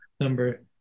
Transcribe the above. number